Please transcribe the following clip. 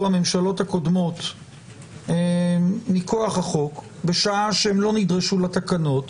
הממשלות הקודמות מכוח החוק בשעה שהן לא נדרשו לתקנות,